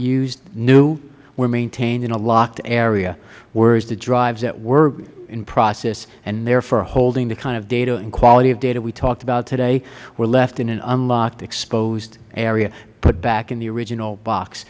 used new were maintained in a locked area whereas the drives that were in process and therefore holding the kind of data and quality of data we talked about today were left in an unlocked exposed area put back in the original box